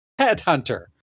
headhunter